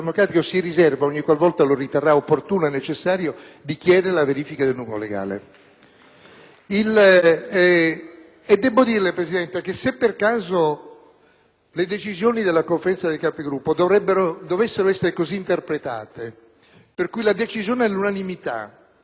anche dirle, Presidente, che se per caso le decisioni della Conferenza dei Capigruppo dovessero essere interpretate nel senso che la decisione all'unanimità comporta, come conseguenza, la privazione